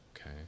okay